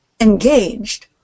engaged